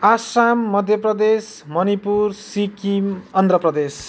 Assam Madhya Pradesh Manipur Sikkim Andhra Pradesh